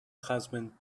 husband